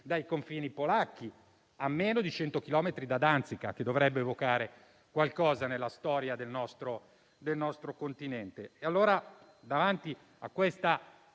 dai confini polacchi, a meno di 100 chilometri da Danzica, che dovrebbe evocare qualcosa nella storia del nostro continente.